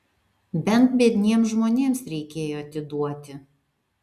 bent biedniems žmonėms reikėjo atiduoti